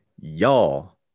y'all